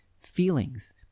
feelings